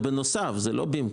זה בנוסף, זה לא במקום.